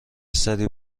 سری